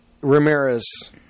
Ramirez